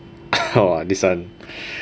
orh this one